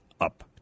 up